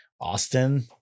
Austin